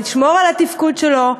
לשמור על התפקוד שלו,